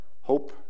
Hope